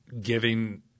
giving